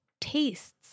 tastes